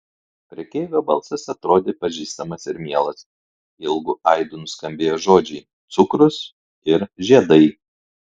prekeivio balsas atrodė pažįstamas ir mielas ilgu aidu nuskambėjo žodžiai cukrus ir žiedai